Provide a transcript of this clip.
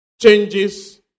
changes